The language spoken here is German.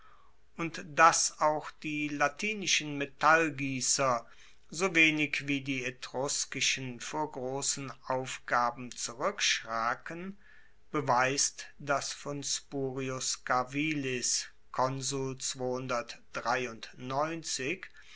und dass auch die latinischen metallgiesser so wenig wie die etruskischen vor grossen aufgaben zurueckschraken beweist das von spurius